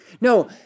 No